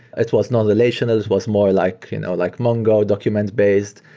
it was non-relational. it was more like you know like mongo document based.